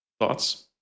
Thoughts